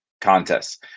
contests